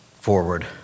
forward